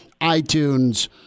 iTunes